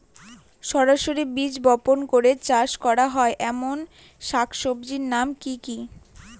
সরাসরি বীজ বপন করে চাষ করা হয় এমন শাকসবজির নাম কি কী?